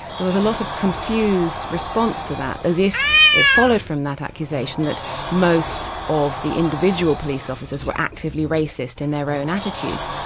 there was a lot of confused response to that, as if it followed from that accusation that most of the individual police officers were actively racist in their own attitudes.